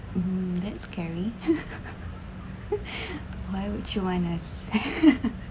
hmm that's scary why would you want a s~